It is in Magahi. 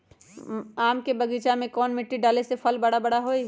आम के बगीचा में कौन मिट्टी डाले से फल बारा बारा होई?